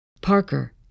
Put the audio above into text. Parker